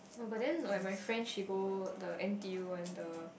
no but then my my friend she go the N_T_U one the